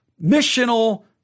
missional